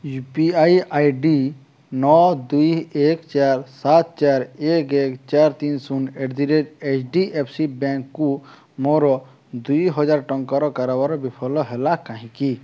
you P I I D ନଅ ଦୁଇ ଏକ ଚାରି ସାତ ଚାରି ଏକ ଏକ ଚାରି ତିନି ଶୂନ at the rate H D F C ବ୍ୟାଙ୍କକୁ ମୋର ଦୁଇହଜାର ଟଙ୍କାର କାରବାର ବିଫଳ ହେଲା କାହିଁକି